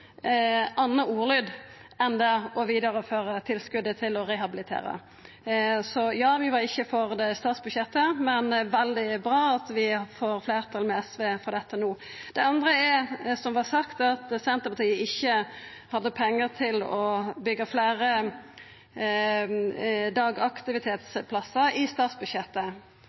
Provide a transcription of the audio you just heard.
ordlyd enn å føra vidare tilskotet til å rehabilitera. Så ja, vi var ikkje for det i statsbudsjettet, men det er veldig bra at vi får fleirtal, med SV, for dette no. Det andre, som vart sagt, er at Senterpartiet ikkje hadde pengar i statsbudsjettet til å byggja fleire dagaktivitetsplassar.